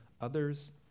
others